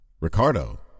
Ricardo